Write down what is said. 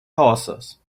horses